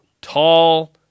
Tall